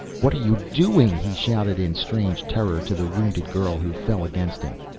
what are you doing? he shouted in strange terror to the wounded girl who fell against him.